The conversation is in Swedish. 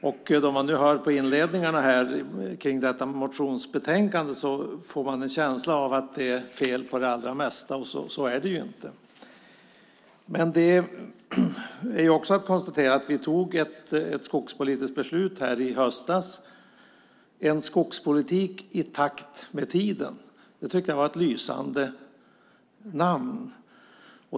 När man hör på inledningen av debatten om detta motionsbetänkande får man en känsla av att det är fel på det allra mesta, men så är det inte. Vi tog ett skogspolitiskt beslut här i höstas. En skogspolitik i takt med tiden tycker jag är ett lysande namn.